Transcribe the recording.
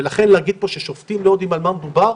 ולכן להגיד ששופטים לא יודעים על מה מדובר,